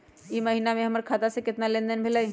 ई महीना में हमर खाता से केतना लेनदेन भेलइ?